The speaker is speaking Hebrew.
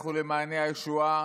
לכו למעייני הישועה,